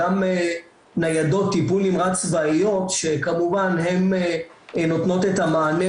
גם ניידות טיפול נמרץ -- שכמובן הם נותנות את המענה